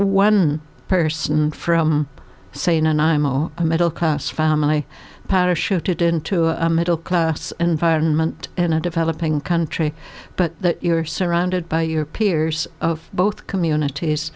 one person from sane and imo a middle class family parachuted into a middle class environment in a developing country but you're surrounded by your peers of both communities